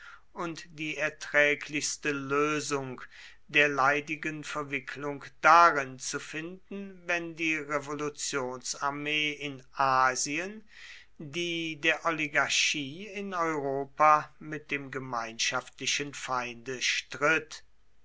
und die erträglichste lösung der leidigen verwicklung darin zu finden wenn die revolutionsarmee in asien die der oligarchie in europa mit dem gemeinschaftlichen feinde stritt